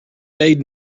made